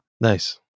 Nice